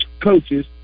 coaches